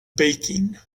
baking